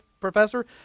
professor